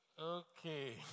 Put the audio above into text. Okay